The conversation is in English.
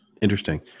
Interesting